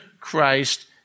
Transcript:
Christ